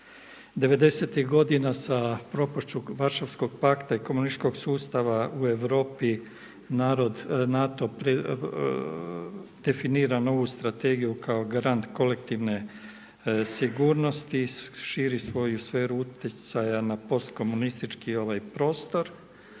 godina sa propašću Varšavskog pakta i komunističkog sustava u Europi NATO definira novu strategiju kao grand kolektivne sigurnosti i širi svoju sferu utjecaja na postkomunistički prostor.